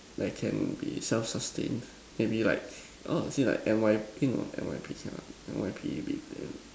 like can be self sustain maybe like oh see like N_Y eh no N_Y_P cannot N_Y_P will be damned